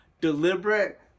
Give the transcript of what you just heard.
deliberate